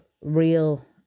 real